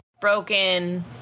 broken